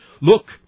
look